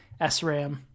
SRAM